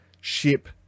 ship